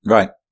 Right